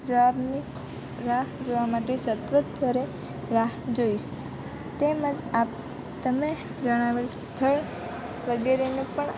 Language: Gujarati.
જવાબની રાહ જોવા માટે સત્વરે રાહ જોઈશ તેમજ આપ તમે જણાવેલ સ્થળ વગેરેનો પણ